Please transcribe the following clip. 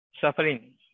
suffering